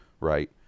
Right